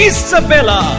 Isabella